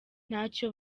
ntacyo